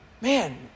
Man